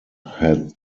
had